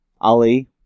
Ali